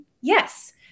Yes